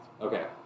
Okay